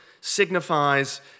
signifies